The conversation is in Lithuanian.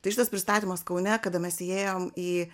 tai šitas pristatymas kaune kada mes įėjom į